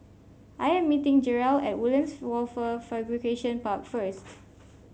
I am meeting Jerel at Woodlands Wafer Fabrication Park first